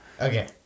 Okay